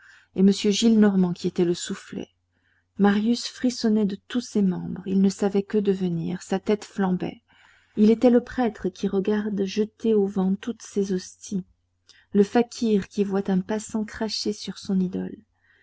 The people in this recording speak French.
et m gillenormand qui était le soufflet marius frissonnait dans tous ses membres il ne savait que devenir sa tête flambait il était le prêtre qui regarde jeter au vent toutes ses hosties le fakir qui voit un passant cracher sur son idole